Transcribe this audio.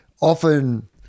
often